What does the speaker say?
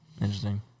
Interesting